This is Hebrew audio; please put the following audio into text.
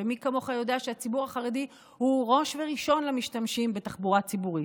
ומי כמוך יודע שהציבור החרדי הוא ראש וראשון למשתמשים בתחבורה ציבורית.